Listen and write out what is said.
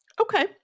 Okay